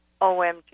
OMG